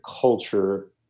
culture